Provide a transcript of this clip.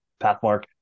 Pathmark